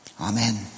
Amen